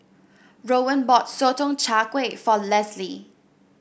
Rowan bought Sotong Char Kway for Lesly